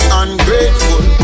ungrateful